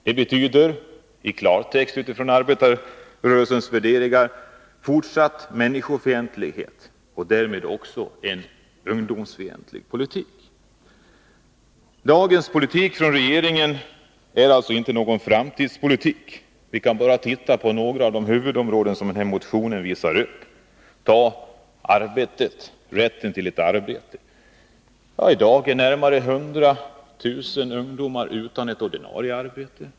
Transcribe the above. Det betyder i klartext utifrån arbetarrörelsens värderingar en fortsatt människofientlighet och därmed också en ungdomsfientlig politik. Dagens regeringspolitik är alltså ingen framtidspolitik. Vi kan bara se på några av de huvudområden som denna motion tar upp. Ta t.ex. rätten till arbete. I dag är närmare 100 000 ungdomar utan ordinarie arbete.